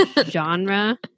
genre